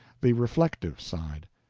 the reflective side.